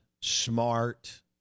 smart